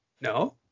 No